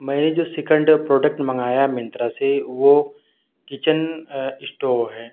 میں نے جو سیکنڈ پروڈکٹ منگایا مینترا سے وہ کچن اسٹوو ہے